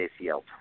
ACL